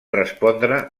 respondre